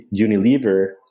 Unilever